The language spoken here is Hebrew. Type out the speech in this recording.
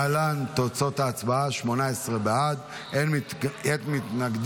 להלן תוצאות ההצבעה: 18 בעד, אין מתנגדים.